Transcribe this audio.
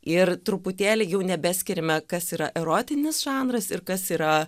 ir truputėlį jau nebeskiriame kas yra erotinis žanras ir kas yra